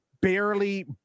barely